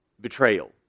betrayal